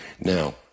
Now